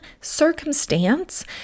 circumstance